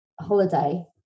holiday